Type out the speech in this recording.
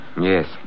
Yes